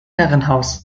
herrenhaus